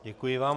Děkuji vám.